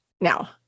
Now